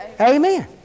Amen